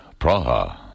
Praha